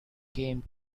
came